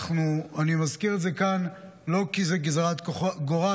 אני מזכיר את זה כאן לא כי זו גזרת גורל,